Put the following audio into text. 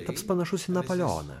taps panašus į napoleoną